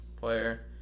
player